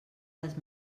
les